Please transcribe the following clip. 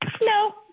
no